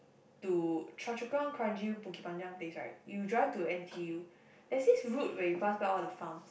to Choa-Chu-Kang kranji Bukit-Panjang place right you drive to N_T_U there is a road where you pass by all the farms